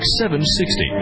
760